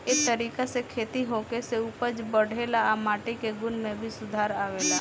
ए तरीका से खेती होखे से उपज बढ़ेला आ माटी के गुण में भी सुधार आवेला